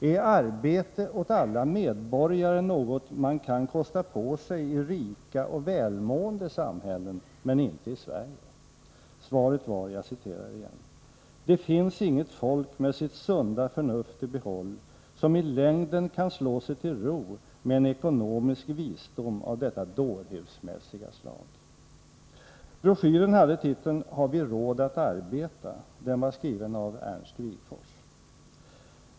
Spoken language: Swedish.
Är arbete åt alla medborgare något man kan kosta på sig i rika och välmående samhällen, men inte i Sverige? Svaret var: ”Det finns intet folk med sitt sunda förnuft i behåll, som i längden kan slå sig till ro med en ekonomisk visdom av detta dårhusmässiga slag.” Broschyren hade titeln ”Har vi råd att arbeta? ”. Den var skriven av Ernst Wigforss.